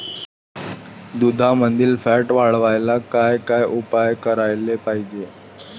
दुधामंदील फॅट वाढवायले काय काय उपाय करायले पाहिजे?